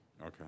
Okay